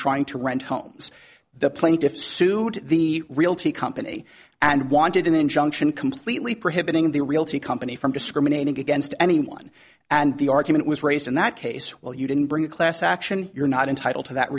trying to rent homes the plaintiffs sued the realty company and wanted an injunction completely prohibiting the realty company from discriminating against anyone and the argument was raised in that case well you didn't bring a class action you're not entitled to that